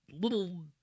little